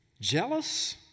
jealous